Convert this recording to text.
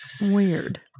Weird